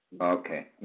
Okay